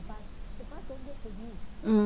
mm